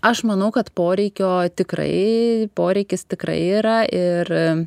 aš manau kad poreikio tikrai poreikis tikrai yra ir